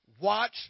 watch